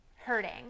hurting